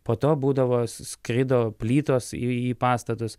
po to būdavo skrido plytos į pastatus